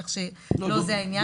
כך שזה לא העניין.